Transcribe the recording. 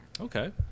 Okay